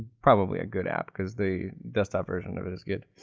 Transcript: probably a good app because the desktop version of it is good.